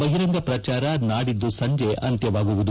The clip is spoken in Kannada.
ಬಹಿರಂಗ ಪ್ರಚಾರ ನಾಡಿದ್ದು ಸಂಜೆ ಅಂತ್ಯವಾಗಲಿದೆ